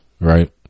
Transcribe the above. Right